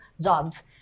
jobs